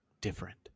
different